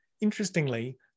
Interestingly